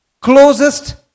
closest